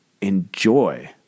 enjoy